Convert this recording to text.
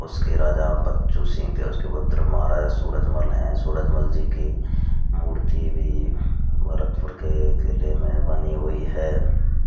उसके राजा बच्चू सिंह थे उसके उसके पुत्र महाराजा सूरजमल हैं सूरजमल जी की मूर्ति भी भरतपुर के किले में बनी हुई है